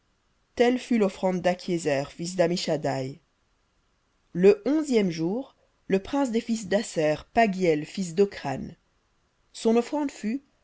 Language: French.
telle fut l'offrande d'akhiézer fils dammishaddaï le onzième jour le prince des fils d'aser paghiel fils de son offrande fut